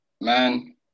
Man